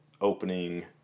opening